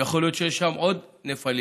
ויכול להיות שיש שם עוד נפלים.